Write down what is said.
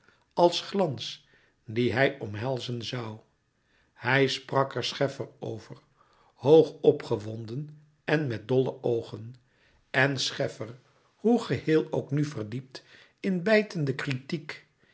als glans dien hij omhelzen zoû hij sprak er scheffer over hoog opgewonden en met dolle oogen en scheffer hoe geheel ook nu verdiept in bijtende kritiek